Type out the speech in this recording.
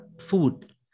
food